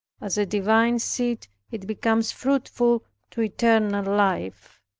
as a divine seed it becomes fruitful to eternal life.